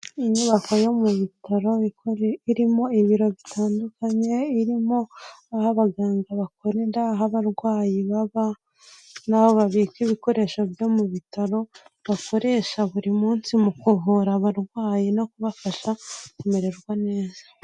Inyubako yo mu bitaro irimo ibiro bitandukanye, irimo aho abaganga bakorera, aho abarwayi baba, naho babika ibikoresho byo mu bitaro bakoresha buri munsi mu kuvura abarwayi no kubafasha kumererwa neza.